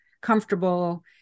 comfortable